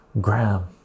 Graham